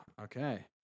okay